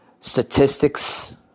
statistics